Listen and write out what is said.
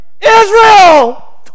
Israel